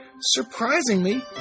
Surprisingly